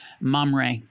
Mamre